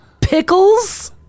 pickles